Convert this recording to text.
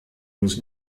was